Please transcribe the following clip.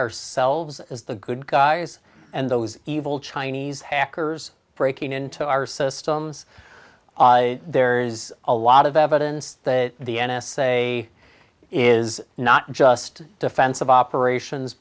ourselves as the good guys and those evil chinese hackers breaking into our systems there's a lot of evidence that the n s a is not just defense of operations